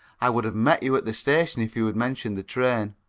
i would have met you at the station if you had mentioned the train.